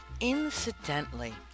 incidentally